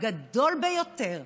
הגדול ביותר,